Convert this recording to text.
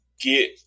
get